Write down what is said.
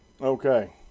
Okay